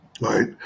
right